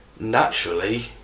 Naturally